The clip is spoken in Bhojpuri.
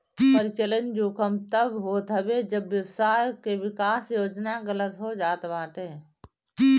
परिचलन जोखिम तब होत हवे जब व्यवसाय के विकास योजना गलत हो जात बाटे